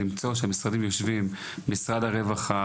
למצוא דרך להושיב את כלל המשרדים- משרד הרווחה,